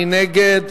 מי נגד?